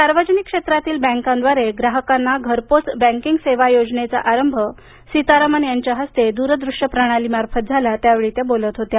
सार्वजनिक क्षेत्रातील बँकांद्वारे ग्राहकांना घरपोच बैंकिंग सेवा योजनेचा आरंभ सीतारामन यांच्या हस्ते दुरदृष्य प्रणालीमार्फत झाला त्यावेळी त्या बोलत होत्या